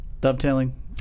dovetailing